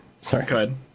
Sorry